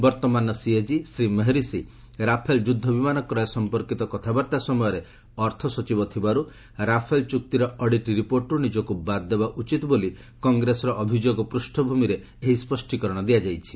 ବର୍ତ୍ତମାନର CAG Shri Mehrishi Rafale ଯୁଦ୍ଧ ବିମାନ କ୍ରୟ ସମ୍ପର୍କିତ କଥାବାର୍ତ୍ତା ସମୟରେ ଅର୍ଥ ସଚିବ ଥିବାରୁ ରାଫେଲ୍ ଚୁକ୍ତିର ଅଡିଟ୍ ରିପୋର୍ଟରୁ ନିଜକୁ ବାଦ୍ ଦେବା ଉଚିତ ବୋଲି କଂଗ୍ରେସର ଅଭିଯୋଗ ପୃଷଭୂମିରେ ଏହି ସ୍ୱଷ୍ଟୀକରଣ ଦିଆଯାଇଛି